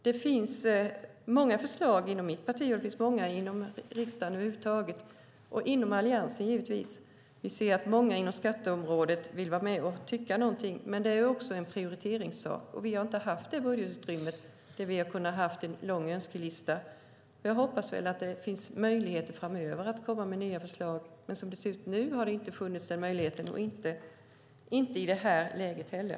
Det finns många förslag i mitt parti och i riksdagen över huvud taget. Många vill vara med och tycka någonting på skatteområdet, men det är också en prioriteringsfråga. Vi har inte haft ett sådant budgetutrymme att vi har kunnat ha en lång önskelista. Jag hoppas att det finns möjligheter framöver att komma med nya förslag, men den möjligheten har inte funnits, och den finns inte i det här läget heller.